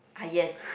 uh yes